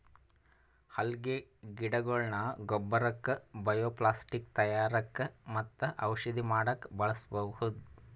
ಅಲ್ಗೆ ಗಿಡಗೊಳ್ನ ಗೊಬ್ಬರಕ್ಕ್ ಬಯೊಪ್ಲಾಸ್ಟಿಕ್ ತಯಾರಕ್ಕ್ ಮತ್ತ್ ಔಷಧಿ ಮಾಡಕ್ಕ್ ಬಳಸ್ಬಹುದ್